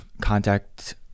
contact